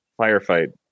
firefight